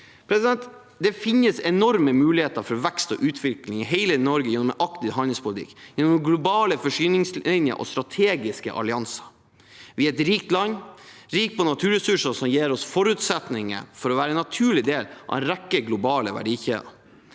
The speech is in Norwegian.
Det finnes enorme muligheter for vekst og utvikling i hele Norge gjennom en aktiv handelspolitikk, gjennom globale forsyningslinjer og strategiske allianser. Vi er et rikt land, rikt på naturressurser, som gir oss forutsetninger for å være en naturlig del av en rekke globale verdikjeder.